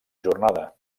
jornada